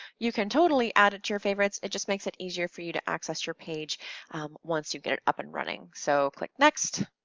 you can totally add it to your favorites, it just makes it easier for you to access your page once you get it up and running. so click next.